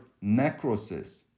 necrosis